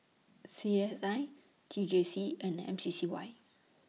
C S I T J C and M C C Y